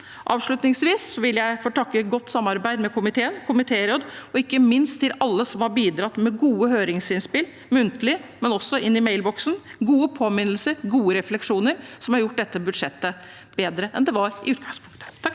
Avslutningsvis vil jeg takke for et godt samarbeid med komiteen og komitéråd, og ikke minst takk til alle som har bidratt med høringsinnspill, muntlig og i mailinnboksen, gode påminnelser og refleksjoner. Det har gjort dette budsjettet bedre enn det var i utgangspunktet.